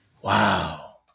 Wow